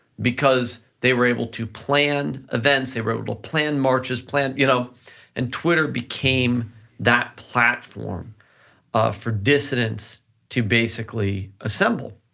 because they were able to plan events, they were able to plan marches plan, you know and twitter became that platform for dissidents to basically assemble.